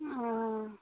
हुँ